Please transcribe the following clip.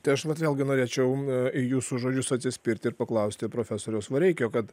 tai aš vat vėlgi norėčiau į jūsų žodžius atsispirti ir paklausti profesoriaus vareikio kad